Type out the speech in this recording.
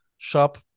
shop